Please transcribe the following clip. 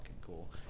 cool